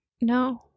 No